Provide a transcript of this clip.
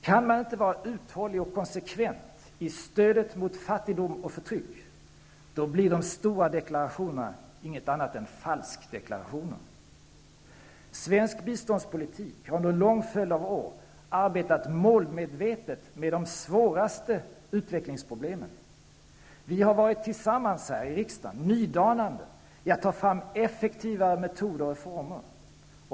Kan man inte vara uthållig och konsekvent i stödet mot fattigdom och förtryck, blir de stora deklarationerna inget annat än falskdeklarationer. Svensk biståndspolitik har under en lång följd av år arbetat målmedvetet med de svåraste utvecklingsproblemen. Vi har tillsammans här i riksdagen varit nydanande när det gällt att ta fram effektivare metoder och former.